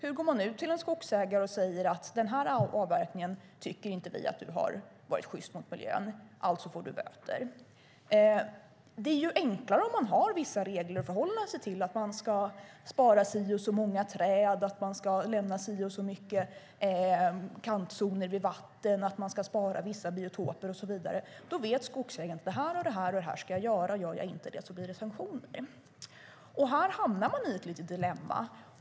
Hur går man ut till en skogsägare och säger att i den här avverkningen tycker inte vi att du har varit sjyst mot miljön, och alltså får du böter. Det är ju enklare om det finns vissa regler att förhålla sig till: att man ska spara si och så många träd, att man ska lämna si och så mycket kantzoner vid vatten, att man ska spara vissa biotoper och så vidare. Då vet skogsägaren att det här och det här och det här ska jag göra, och gör jag inte det blir det sanktioner. Här hamnar vi i ett litet dilemma.